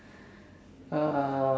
uh